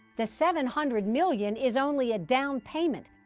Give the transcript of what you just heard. the seven hundred million is only a down payment.